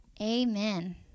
Amen